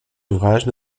ouvrages